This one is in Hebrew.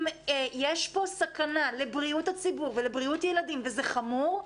אם יש פה סכנה לבריאות הציבור ולבריאות ילדים וזה חמור,